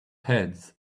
heads